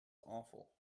awful